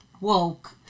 woke